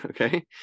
okay